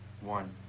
One